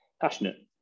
passionate